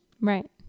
Right